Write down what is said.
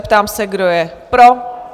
Ptám se, kdo je pro?